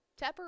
Tepper